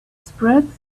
spread